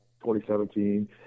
2017